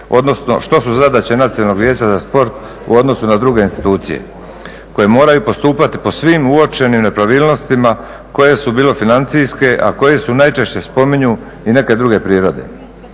odnosno što su zadaće Nacionalnog vijeća za sport u odnosu na druge institucije koje moraju postupati po svim uočenim nepravilnostima koje se bilo financijske, a koje su najčešće spominju i neke druge prirode.